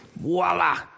Voila